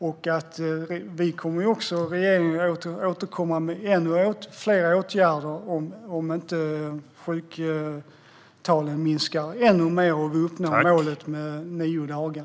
Regeringen kommer att återkomma med fler åtgärder om sjuktalen inte minskar ännu mer och vi uppnår målet om nio dagar.